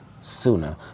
sooner